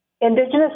Indigenous